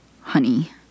honey